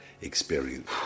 experience